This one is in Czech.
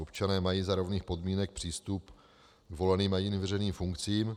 Občané mají za rovných podmínek přístup k voleným a jiným veřejným funkcím.